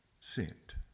sent